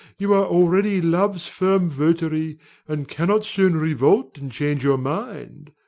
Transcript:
you are already love's firm votary and cannot soon revolt and change your mind.